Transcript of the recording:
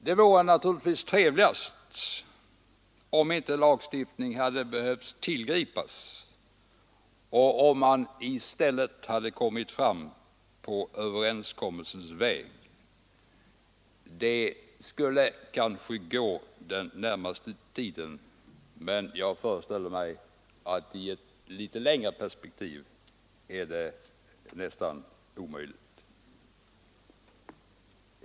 Det vore naturligtvis trevligast om inte lagstiftning hade behövt tillgripas och om man i stället hade kommit fram på överenskommelsens väg. Det skulle kanske gå den närmaste tiden, men jag föreställer mig att i ett litet längre perspektiv är det nästan omöjligt.